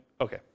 Okay